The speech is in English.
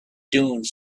dunes